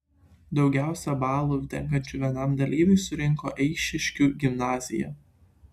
daugiausiai balų tenkančių vienam dalyviui surinko eišiškių gimnazija